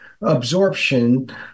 absorption